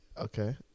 Okay